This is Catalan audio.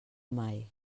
mai